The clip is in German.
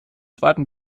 zweiten